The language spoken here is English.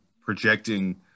projecting